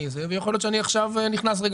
ויכול להיות שאני עכשיו נכנס לרגע